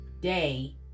day